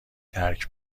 ترک